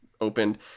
opened